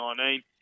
2019